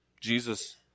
Jesus